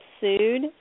sued